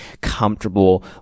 comfortable